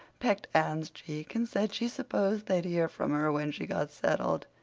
pecked anne's cheek and said she supposed they'd hear from her when she got settled.